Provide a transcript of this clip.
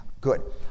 good